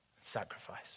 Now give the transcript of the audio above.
sacrifice